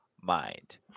mind